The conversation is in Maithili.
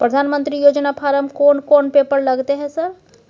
प्रधानमंत्री योजना फारम कोन कोन पेपर लगतै है सर?